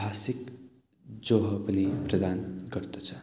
भाषिक जोहो पनि प्रदान गर्दछ